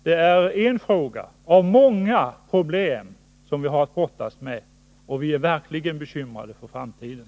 Det är en fråga bland många problem som vi har att brottas med. Vi är verkligen bekymrade för framtiden.